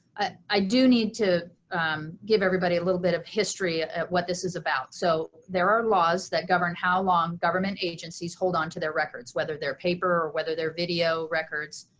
i do need to give everybody a little bit of history at what this is about. so, there are laws that govern how long government agencies hold on to their records, whether they're paper or whether their video records,